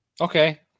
Okay